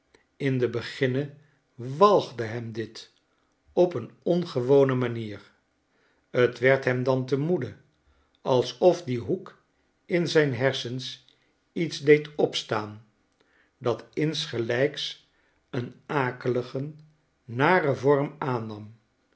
in den beginne walgde hem dit op een ongewone manier t werd hem dan te moede alsof die hoek in zijn hersens iets deed opstaan dat insgelijks een akeligen naren vorm aannam